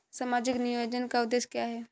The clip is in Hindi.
सामाजिक नियोजन का उद्देश्य क्या है?